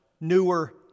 newer